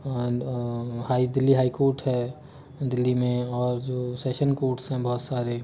high Delhi high court है दिल्ली में और जो सेशन कोर्टस है बहुत सारे